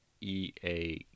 ea